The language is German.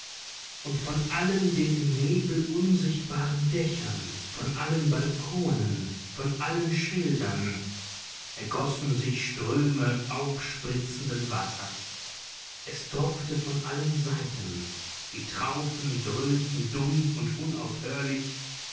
und von allen den im nebel unsichtbaren dächern von allen balkonen von allen schildern ergossen sich ströme aufspritzenden wassers es tropfte von allen seiten die traufen dröhnten dumpf und unaufhörlich